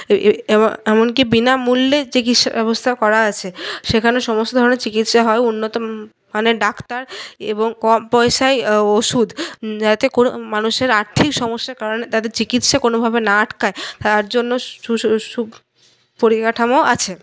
এ এমনকি বিনামূল্যে চিকিৎসা ব্যবস্থা করা আছে সেখানে সমস্ত ধরণের চিকিৎসা হয় উন্নত মানের ডাক্তার এবং কম পয়সায় ওষুধ যাতে কোনো মানুষের আর্থিক সমস্যার কারণে তাদের চিকিৎসা কোনোভাবে না আটকায় তার জন্য সুপরিকাঠামো আছে